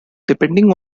depending